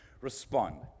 respond